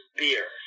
beer